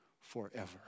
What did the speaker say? forever